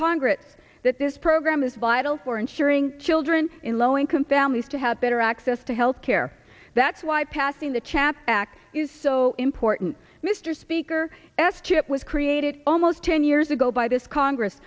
congress that this program is vital for insuring children in low income families to have better access to health care that's why passing the chaps act is so important mr speaker s chip was created almost ten years ago by this congress